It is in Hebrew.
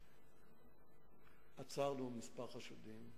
עצרנו כמה חשודים.